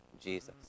Jesus